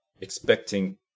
expecting